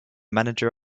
manager